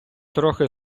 трохи